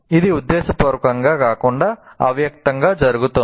ఇది ఉద్దేశపూర్వకంగా కాకుండా అవ్యక్తంగా జరుగుతోంది